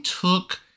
took